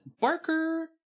barker